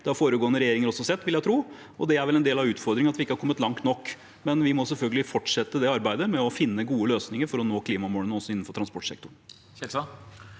det har foregående regjeringer også sett, vil jeg tro – og det er vel en del av utfordringen: at vi ikke har kommet langt nok. Likevel må vi selvfølgelig fortsette arbeidet med å finne gode løsninger for å nå klimamålene, også innenfor transportsektoren.